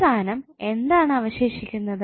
അവസാനം എന്താണ് അവശേഷിക്കുന്നത്